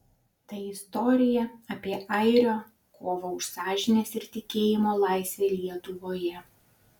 tai istorija apie airio kovą už sąžinės ir tikėjimo laisvę lietuvoje